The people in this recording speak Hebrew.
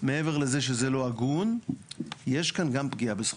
מעבר לזה שזה לא הגון, יש כאן גם פגיעה בזכויות.